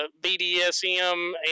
BDSM